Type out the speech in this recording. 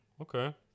Okay